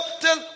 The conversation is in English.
till